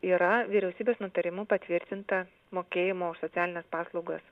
yra vyriausybės nutarimu patvirtinta mokėjimo už socialines paslaugas